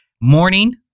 morning